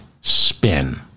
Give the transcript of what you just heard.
spin